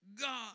God